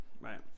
Right